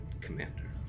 commander